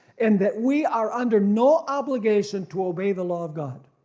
and that we are under no obligation to obey the law of god.